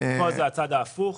פה זה הצד ההפוך.